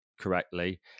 correctly